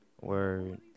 Word